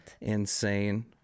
insane